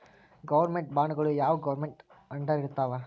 Government ಬಾಂಡ್ಗಳು ಯಾವ್ government ಅಂಡರಿರ್ತಾವ?